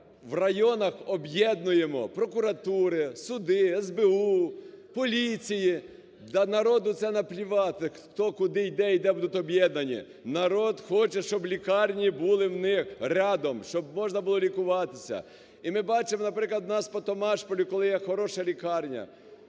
в районах об'єднуємо прокуратури, суди. СБУ, поліції, да народу це наплювати, хто куди йде і де будуть об'єднані, народ хоче, щоб лікарні були у них рядом, щоб можна було лікуватися. І ми бачимо, наприклад, у нас по Томашпілю, коли є хороша лікарня,